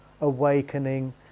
awakening